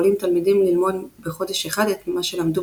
יכולים תלמידים ללמוד בחודש אחד מה שלמדו